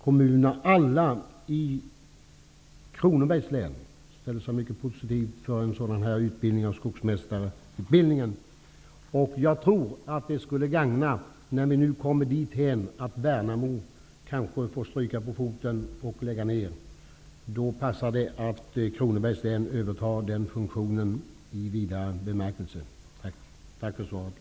Kommunerna, ja, alla i Kronobergs län är mycket positiva till en skogsmästarutbildning där nere. Om vi kommer dithän att Värnamo får stryka på foten och lägga ner tror jag att det är passande att Kronobergs län övertar den här funktionen i vida bemärkelse. Än en gång tackar jag för svaret.